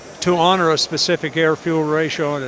to honour a specific air fuel ratio,